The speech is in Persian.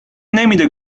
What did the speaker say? نمیده